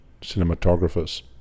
cinematographers